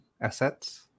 assets